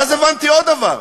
ואז הבנתי עוד דבר: